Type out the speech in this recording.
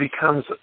becomes